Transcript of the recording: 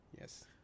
Yes